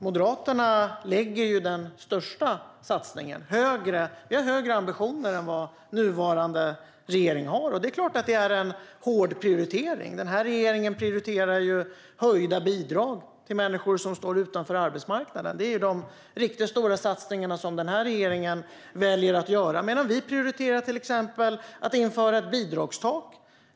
Moderaterna lägger den största satsningen och har högre ambitioner än nuvarande regering, och det är klart att det är en hård prioritering. Regeringen prioriterar höjda bidrag till människor som står utanför arbetsmarknaden. Det är de riktigt stora satsningarna som regeringen väljer att göra, medan vi prioriterar till exempel att införa ett bidragstak.